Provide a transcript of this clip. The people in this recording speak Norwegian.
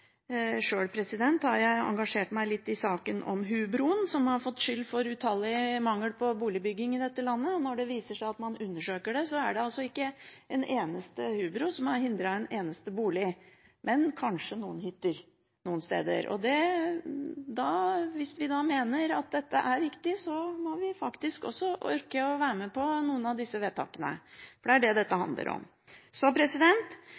Sjøl har jeg engasjert meg litt i saken om hubroen, som utallige ganger har fått skylden for mangel på boligbygging i dette landet, og når man undersøker det, viser det seg at det er altså ikke en eneste hubro som har hindret en eneste bolig, men kanskje noen hytter noen steder. Hvis vi da mener at dette er viktig, må vi faktisk ikke være med på noen av disse vedtakene, for det er det dette